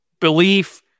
belief